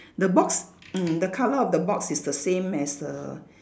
the box mm the colour of the box is the same as the